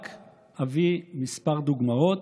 רק אביא כמה דוגמאות,